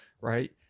right